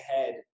ahead